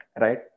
right